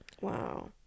Wow